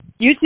YouTube